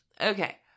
Okay